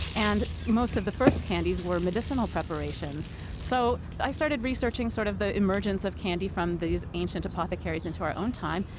and most of the first candies were medicinal preparations so i started researching sort of the emergence of candy from these ancient apothecaries into our own time.